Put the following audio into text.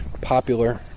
popular